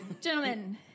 gentlemen